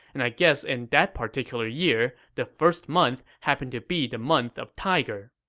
and i guess in that particular year, the first month happened to be the month of tiger.